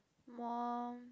more